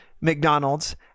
McDonald's